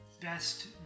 best